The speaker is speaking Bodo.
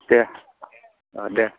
दे अ दे